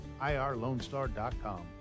IRLoneStar.com